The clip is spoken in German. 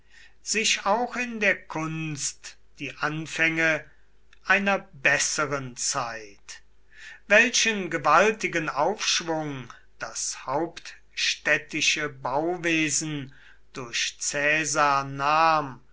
sich auch in der kunst die anfänge einer besseren zeit welchen gewaltigen aufschwung das hauptstädtische bauwesen durch caesar nahm